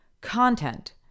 content